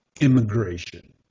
immigration